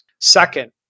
Second